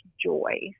joy